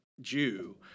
Jew